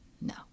no